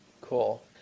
Cool